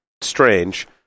strange